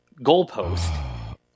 goalpost